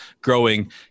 growing